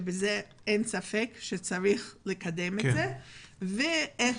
ואין ספק שצריך לקדם את זה, לבין המציאות